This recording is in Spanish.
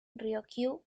ryukyu